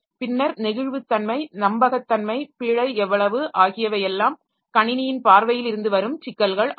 பின்னர் நெகிழ்வுத்தன்மை நம்பகத்தன்மை பிழை எவ்வளவு ஆகியவை எல்லாம் கணினியின் பார்வையில் இருந்து வரும் சிக்கல்கள் ஆகும்